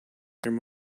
there